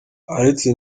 aretse